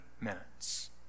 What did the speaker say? minutes